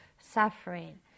suffering